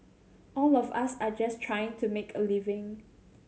all of us are just trying to make a living